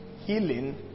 healing